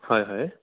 হয় হয়